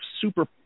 super